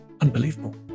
unbelievable